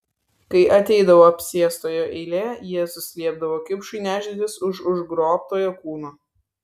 kai ateidavo apsėstojo eilė jėzus liepdavo kipšui nešdintis iš užgrobtojo kūno